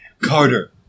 Carter